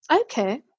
Okay